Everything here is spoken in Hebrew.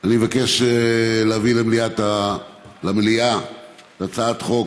אני מבקש להביא למליאה את הצעת חוק